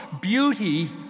beauty